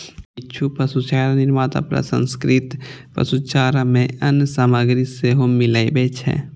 किछु पशुचारा निर्माता प्रसंस्कृत पशुचारा मे अन्य सामग्री सेहो मिलबै छै